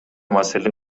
маселе